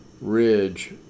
Ridge